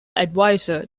advisor